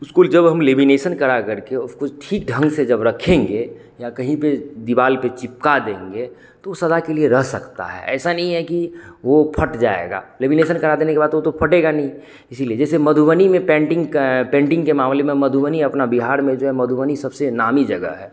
उसको जब हम लेमिनेसन कराकर के उसको ठीक ढंग से जब रखेंगे या कहीं पर दिवार पर चिपका देंगे तो वह सदा के लिए रह सकता है ऐसा नहीं है कि वह फट जाएगा लैमीनेशन करा देने के बाद वह तो फटेगा नहीं इसीलिए जैसे मधुबनी में पेन्टिंग का पेन्टिंग के मामले में मधुबनी अपना बिहार में जो है मधुबनी सबसे नामी जगह है